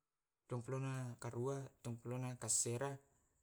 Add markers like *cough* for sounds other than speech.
pulu karesa *hesitation*